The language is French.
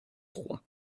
trois